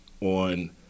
on